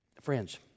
Friends